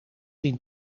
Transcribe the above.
zien